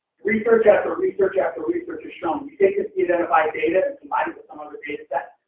research after research after research has shown, you take this de-identified data and combine it with some other dataset,